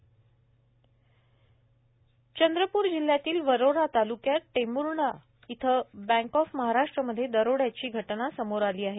बँकेत दरोडा चंद्रपूर जिल्ह्यातील वरोरा तालुक्यात टेम्डा येथील बँक ऑफ महाराष्ट्रमध्ये दरोड्याची घटना समोर आली आहे